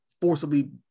forcibly